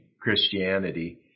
Christianity